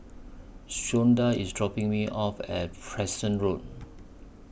Shonda IS dropping Me off At Preston Road